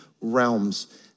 realms